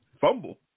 fumble